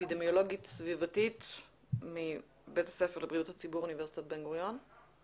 אפידמיולוגית סביבתית מביה"ס לבריאות הציבור באוניברסיטת בן-גוריון.